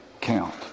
count